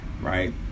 Right